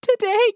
today